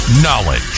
Knowledge